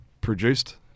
produced